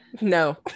No